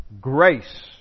grace